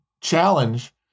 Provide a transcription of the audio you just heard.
challenge